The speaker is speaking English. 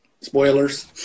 Spoilers